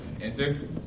Answer